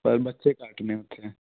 ਪਰ ਬੱਚੇ ਘੱਟ ਨੇ ਉੱਥੇ